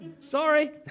sorry